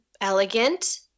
elegant